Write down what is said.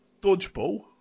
Dodgeball